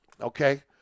okay